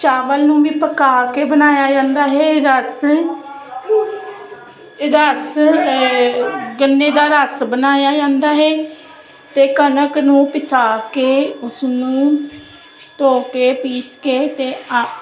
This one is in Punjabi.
ਚਾਵਲ ਨੂੰ ਵੀ ਪਕਾ ਕੇ ਬਣਾਇਆ ਜਾਂਦਾ ਇਹ ਰਸ ਰਸ ਗੰਨੇ ਦਾ ਰਸ ਬਣਾਇਆ ਜਾਂਦਾ ਹੈ ਅਤੇ ਕਣਕ ਨੂੰ ਪਿਸਾ ਕੇ ਉਸਨੂੰ ਧੋ ਕੇ ਪੀਸ ਕੇ ਅਤੇ ਆ